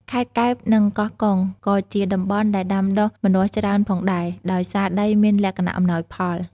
ខេត្តកែប និង កោះកុង ក៏ជាតំបន់ដែលដាំដុះម្នាស់ច្រើនផងដែរ ដោយសារដីមានលក្ខណៈអំណោយផល។